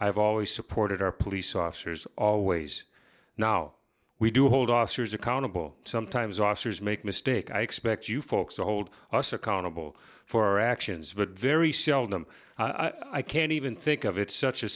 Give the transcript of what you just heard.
have always supported our police officers always now we do hold officers accountable sometimes officers make mistake i expect you folks to hold us accountable for our actions but very seldom i can even think of it such a